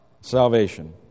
salvation